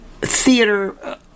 theater